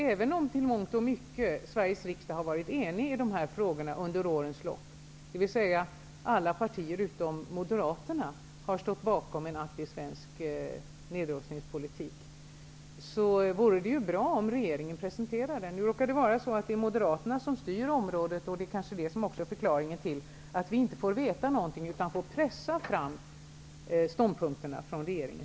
Även om Sveriges riksdag i mångt och mycket har varit enig i de här frågorna under årens lopp -- dvs. alla partier utom Moderaterna har stått bakom en aktiv svensk nedrustningspolitik -- vore det bra om regeringen presenterade sin politik. Nu råkar det vara Moderaterna som styr området. Det kanske är förklaringen till att vi inte får veta någonting, utan får pressa fram ståndpunkterna från regeringen.